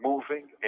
moving